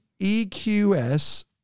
EQS